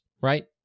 right